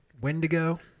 Wendigo